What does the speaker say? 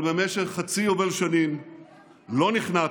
אבל במשך חצי יובל שנים לא נכנעתי,